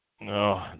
No